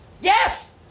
Yes